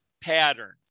pattern